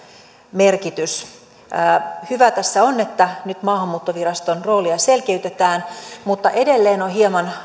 merkitys hyvää tässä on että nyt maahanmuuttoviraston roolia selkeytetään mutta edelleen on hieman